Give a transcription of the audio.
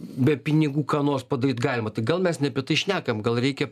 be pinigų ką nors padaryt galima tai gal mes ne apie tai šnekam gal reikia